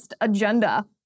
agenda